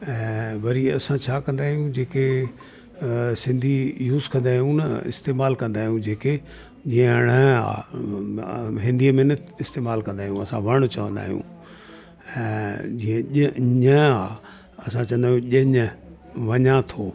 ऐं वरी असां छा कंदा आहियूं जेके अ सिंधी यूज़ कंदा आहियूं न इस्तेमालु कंदा आहियूं जेके जीअं ण आहे हिंदीअ में न इस्तेमालु कंदा आहियूं असां वण चवंदा आहियूं ऐं जीअं ॼ ञ आ असां चवंदायूं ॼञ वञा थो